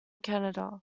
canada